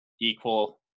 equal